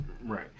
Right